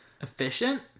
Efficient